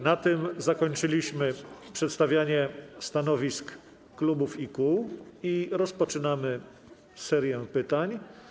Na tym zakończyliśmy przedstawianie stanowisk klubów i kół i rozpoczynamy serię pytań.